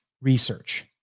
research